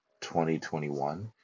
2021